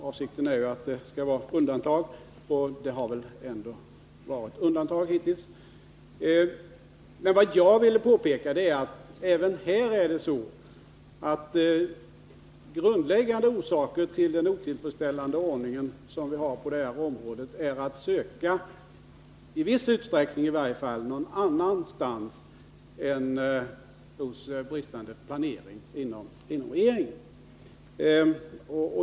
Avsikten är att det skall vara undantag, och det har väl ändå varit undantag hittills. Men vad jag ville påpeka var att det även här är så att de grundläggande orsakerna till den otillfredsställande ordningen i viss utsträckning är att söka någon annanstans än i bristande planering inom regeringen.